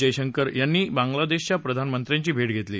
जयशंकर यांनी बांग्लादेशच्या प्रधानमंत्र्यांची भेट घेतली